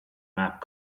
map